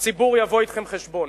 הציבור יבוא אתכם חשבון.